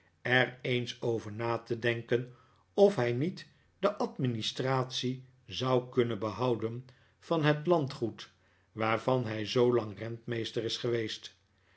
er eens over na te denken of hij niet de administratie zou kunnen behouden van het landgoed waarvan hij zoolang rentmeester is geweest